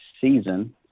season